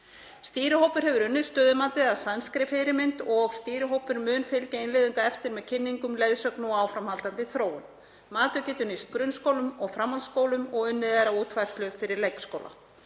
Stýrihópur hefur unnið stöðumatið að sænskri fyrirmynd og mun fylgja innleiðingu eftir með kynningu, leiðsögn og áframhaldandi þróun. Matið getur nýst grunnskólum og framhaldsskólum og unnið er að útfærslu fyrir leikskóla.